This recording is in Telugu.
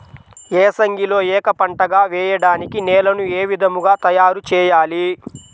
ఏసంగిలో ఏక పంటగ వెయడానికి నేలను ఏ విధముగా తయారుచేయాలి?